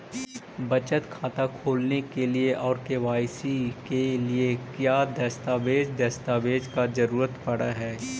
बचत खाता खोलने के लिए और के.वाई.सी के लिए का क्या दस्तावेज़ दस्तावेज़ का जरूरत पड़ हैं?